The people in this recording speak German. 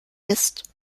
ist